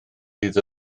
iddo